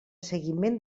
seguiment